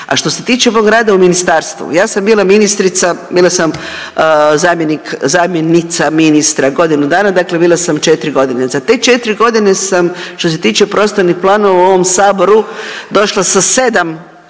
A što se tiče mog rada u ministarstvu ja sam bila ministrica, bila sam zamjenik, zamjenica ministra godinu dana, dakle bila sam 4 godine. Za te 4 godine sam što se tiče prostornih planova u ovom saboru došla sa 7